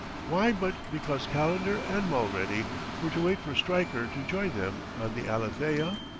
why but because calendar and mulready were to wait for stryker to join them on the alethea?